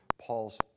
Paul's